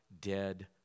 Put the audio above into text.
dead